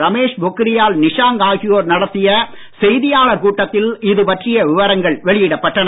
ரமேஷ் பொக்ரியால் நிஷாங்க் ஆகியோர் நடத்திய செய்தியாளர் கூட்டத்தில் இது பற்றிய விவரங்கள் வெளியிடப்பட்டன